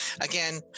Again